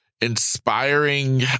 inspiring